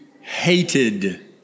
hated